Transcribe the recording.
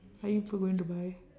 are you going to buy